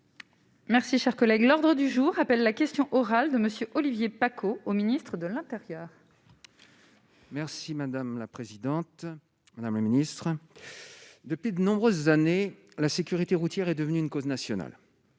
Merci, chers collègues, l'ordre du jour appelle la question orale de monsieur Olivier Paccaud au ministre de l'Intérieur. Merci madame la présidente, madame le Ministre depuis de nombreuses années, la sécurité routière est devenue une cause nationale